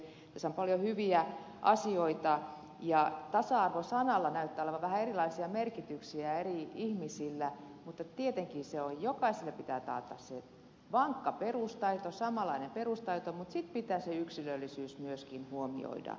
tässä on paljon hyviä asioita ja tasa arvo sanalla näyttää olevan vähän erilaisia merkityksiä eri ihmisillä mutta tietenkin jokaiselle pitää taata se vankka perustaito samanlainen perustaito mutta sitten pitää se yksilöllisyys myöskin huomioida